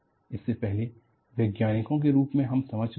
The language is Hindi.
इससे पहले वैज्ञानिकों के रूप में हम समझ गए हैं